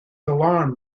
alarmed